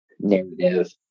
narrative